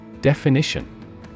Definition